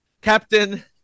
Captain